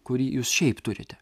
kurį jūs šiaip turite